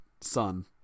son